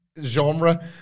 genre